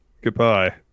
Goodbye